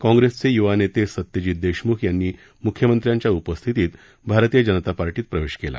काँग्रेसचे य्वा नेते सत्यजित देशम्ख यांनी म्ख्यमंत्र्यांच्या उपस्थितीत भारतीय जनता पक्षात प्रवेश केला